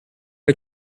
are